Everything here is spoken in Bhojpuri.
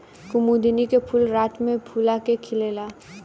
कुमुदिनी के फूल रात में फूला के खिलेला